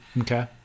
Okay